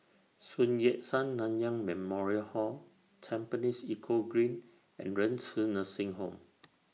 Sun Yat Sen Nanyang Memorial Hall Tampines Eco Green and Renci Nursing Home